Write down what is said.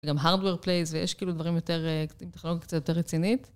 גם hardware plays ויש כאילו דברים יותר, עם טכנולוגיה קצת יותר רצינית.